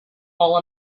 all